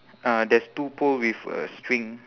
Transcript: uh there's two pole with a string